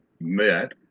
met